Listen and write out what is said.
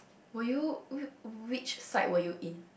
were you which side were you in